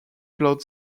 blood